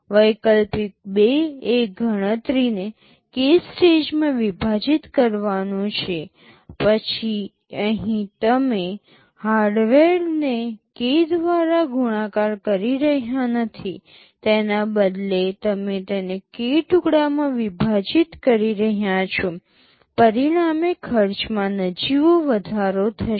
વૈકલ્પિક 2 એ ગણતરીને k સ્ટેજમાં વિભાજિત કરવાનું છે પછી અહીં તમે હાર્ડવેરને k દ્વારા ગુણાકાર કરી રહ્યાં નથી તેના બદલે તમે તેને k ટુકડામાં વિભાજીત કરી રહ્યાં છો પરિણામે ખર્ચમાં નજીવો વધારો થશે